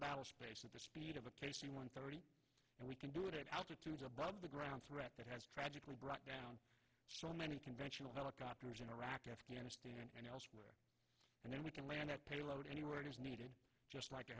battle space at the speed of a k c one thirty and we can do it at altitudes above the ground threat that has tragically brought down so many conventional helicopters in iraq afghanistan and elsewhere and then we can land a payload anywhere it is needed just like a